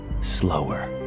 slower